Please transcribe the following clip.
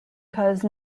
cause